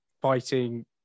fighting